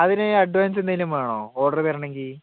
അതിന് അഡ്വാൻസ് എന്തെങ്കിലും വേണോ ഓഡറ് വരണമെങ്കിൽ